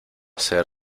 ser